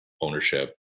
ownership